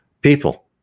people